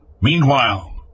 Meanwhile